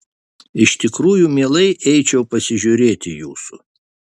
iš tikrųjų mielai eičiau pasižiūrėti jūsų